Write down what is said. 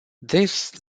this